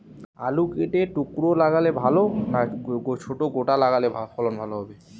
আলু কেটে টুকরো লাগালে ভাল না ছোট গোটা লাগালে ফলন ভালো হবে?